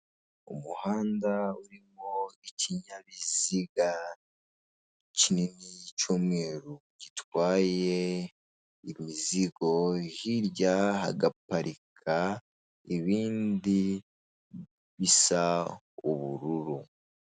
Umuhanda urimo ikinyabiziga kinini cy'umweru gitwaye imizigo hirya hagaparika ibindi bisa ubururu.